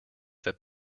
that